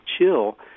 chill